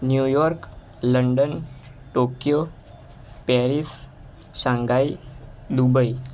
New York London Tokyo Paris Shanghai Dubai